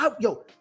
yo